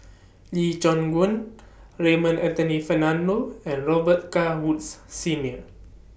Lee Choon Guan Raymond Anthony Fernando and Robet Carr Woods Senior